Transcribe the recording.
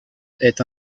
est